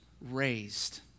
raised